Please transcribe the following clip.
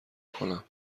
کنم